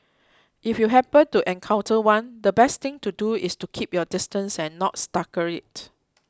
if you happen to encounter one the best thing to do is to keep your distance and not startle it